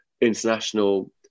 international